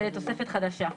זו תוספת חדשה להסכם: